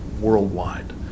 worldwide